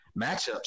matchups